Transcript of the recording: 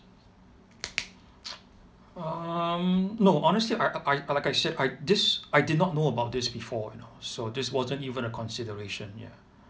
um no honestly I I like I said I this I did not know about this before you know so this wasn't even a consideration ya